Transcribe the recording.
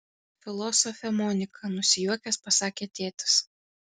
filosofė monika nusijuokęs pasakė tėtis